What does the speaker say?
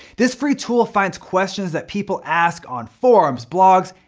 this free tool finds questions that people ask on forums, blogs,